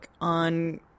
on